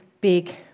big